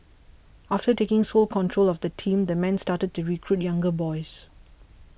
after taking sole control of the team the man started to recruit younger boys